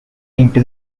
into